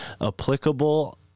applicable